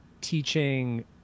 teaching